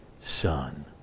Son